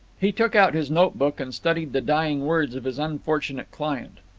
he took out his notebook and studied the dying words of his unfortunate client.